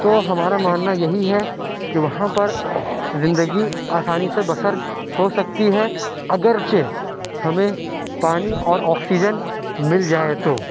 تو ہمارا ماننا یہی ہے کہ وہاں پر زندگی آسانی سے بسر ہو سکتی ہے اگرچہ ہمیں پانی اور آکسیجن مل جائے تو